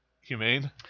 humane